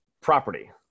property